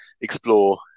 explore